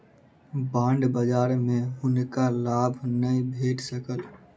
bond बजार में हुनका लाभ नै भेट सकल